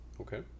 Okay